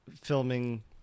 filming